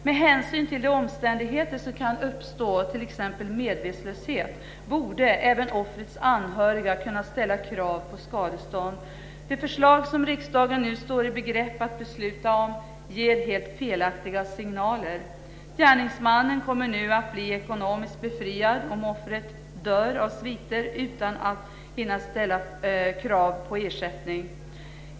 Med hänsyn till de omständigheter som kan uppstå, t.ex. medvetslöshet, borde även offrets anhöriga kunna ställa krav på skadestånd. Det förslag som riksdagen nu står i begrepp att besluta om ger felaktiga signaler. Gärningsmannen kommer att bli ekonomiskt befriad om offret dör av sviterna utan att krav på ersättning har hunnit att framföras.